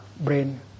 brain